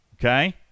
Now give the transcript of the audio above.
okay